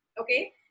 okay